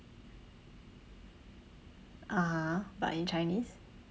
(uh huh) but in chinese